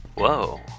Whoa